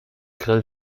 grill